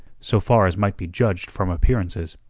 so far as might be judged from appearances.